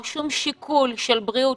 שום שיקול של בריאות,